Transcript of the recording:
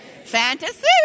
Fantasy